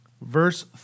Verse